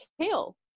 kale